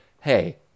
Hey